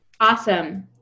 Awesome